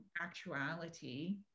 actuality